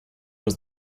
was